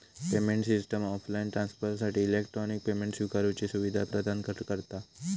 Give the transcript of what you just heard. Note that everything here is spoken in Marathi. पेमेंट सिस्टम ऑफलाईन ट्रांसफरसाठी इलेक्ट्रॉनिक पेमेंट स्विकारुची सुवीधा प्रदान करता